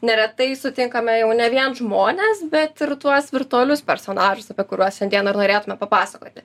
neretai sutinkame jau ne vien žmones bet ir tuos virtualius personažus apie kuriuos šiandien ir norėtume papasakoti